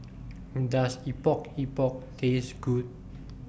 Does Epok Epok Taste Good